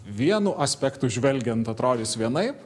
vienu aspektu žvelgiant atrodys vienaip